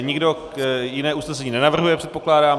Nikdo jiné usnesení nenavrhuje, předpokládám.